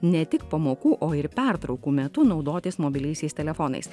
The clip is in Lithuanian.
ne tik pamokų o ir pertraukų metu naudotis mobiliaisiais telefonais